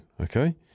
okay